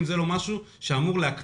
והסכום זה הוא לא סכום שאמור להקפיא